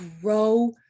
grow